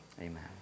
Amen